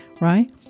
right